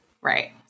Right